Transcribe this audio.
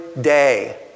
day